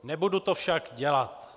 Nebudu to však dělat.